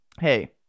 hey